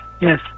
yes